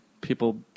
people